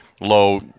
low